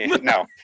No